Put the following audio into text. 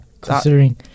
considering